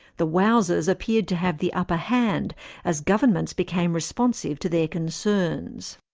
the wowsers appeared to have the upper hand as governments became responsive to their concerns.